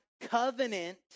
covenant